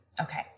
Okay